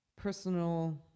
personal